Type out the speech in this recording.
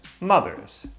Mothers